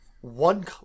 One